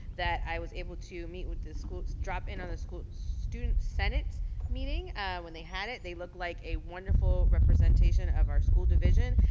that i was able to meet with the school, drop in on the student senate meeting when they had it, they look like a wonderful representation of our school division.